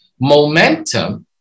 momentum